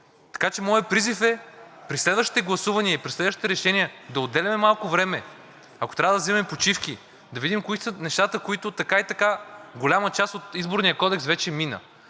Така че моят призив е: при следващите гласувания и при следващите решения да отделяме малко време, ако трябва да взимаме почивки, но да видим кои са нещата, които… Така и така голямата част от Изборния кодекс вече мина